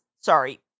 Sorry